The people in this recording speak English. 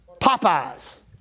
Popeye's